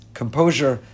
composure